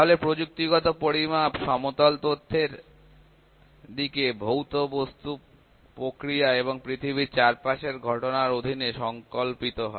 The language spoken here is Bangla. তাহলে প্রযুক্তিগত পরিমাপ সমতল তথ্যের দিকে ভৌত বস্তু প্রক্রিয়া এবং পৃথিবীর চারপাশের ঘটনার অধীনে সংকল্পিত হয়